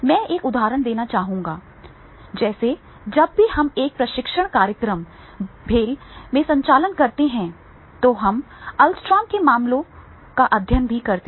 मैं एक उदाहरण देना चाहूंगा जैसे जब भी हम एक प्रशिक्षण कार्यक्रम भेल का संचालन करते हैं तब हम अल स्ट्रोम के मामले का अध्ययन भी करते हैं